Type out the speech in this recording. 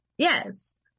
Yes